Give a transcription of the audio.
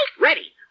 Ready